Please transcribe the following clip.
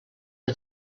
had